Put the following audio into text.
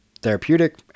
therapeutic